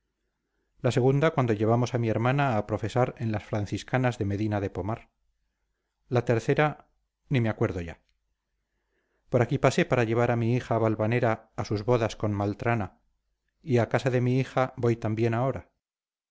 la segunda cuando llevamos a mi hermana a profesar en las franciscanas de medina de pomar la tercera ni me acuerdo ya por aquí pasé para llevar a mi hija valvanera a sus bodas con maltrana y a casa de mi hija voy también ahora